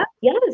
yes